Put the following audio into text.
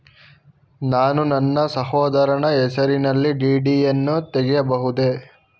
ನಾನು ನನ್ನ ಸಹೋದರನ ಹೆಸರಿನಲ್ಲಿ ಡಿ.ಡಿ ಯನ್ನು ತೆಗೆಯಬಹುದೇ?